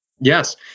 Yes